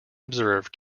observed